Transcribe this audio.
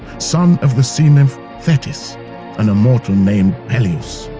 son of the sea nymph thetis and a mortal named peleus.